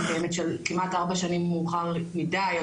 היא מתקיימת כמעט ארבע שנים מאוחר מידי,